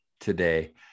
today